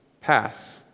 pass